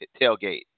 tailgate